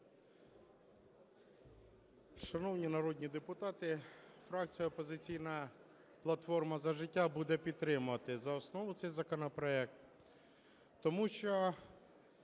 Шановні народні депутати, фракція "Опозиційна платформа - За життя" буде підтримувати за основу цей законопроект, тому що,